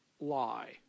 lie